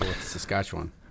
Saskatchewan